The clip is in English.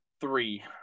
three